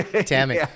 Tammy